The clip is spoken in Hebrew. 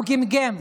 הוא גמגם.